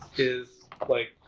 is like,